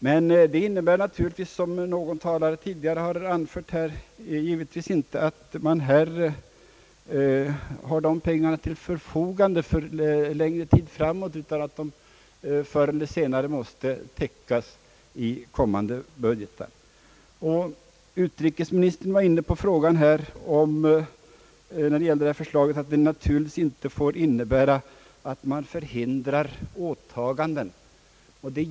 Men <:dessa pengar står naturligtvis, såsom någon tidigare talare anfört, icke till förfogande för längre tid framåt utan de måste förr eller senare täckas i kommande budgetar. Utrikesministern uttalade med anledning av utskottsmajoritetens förslag att denna överföring naturligtvis inte får innebära att fullföljandet av gjorda åtaganden förhindras.